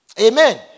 Amen